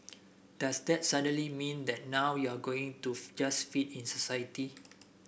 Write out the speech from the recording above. does that suddenly mean that now you're going to just fit in society